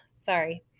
Sorry